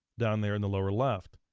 down there on the lower left.